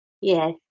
Yes